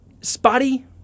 Spotty